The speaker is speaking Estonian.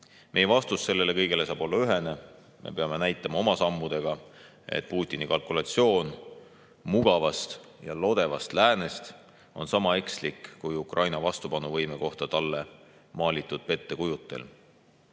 Meie vastus sellele kõigele saab olla ühene: me peame näitama oma sammudega Putini kalkulatsioon mugavast ja lodevast läänest on sama ekslik kui Ukraina vastupanuvõime kohta talle maalitud pettekujutelm.